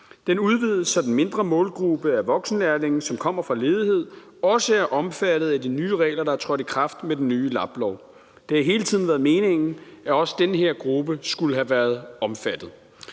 Den udvides, så den mindre målgruppe af voksenlærlinge, som kommer fra ledighed, også er omfattet af de nye regler, der er trådt i kraft med den nye LAB-lov. Det har hele tiden været meningen, at også den her gruppe skulle være omfattet.